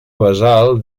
basal